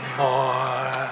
more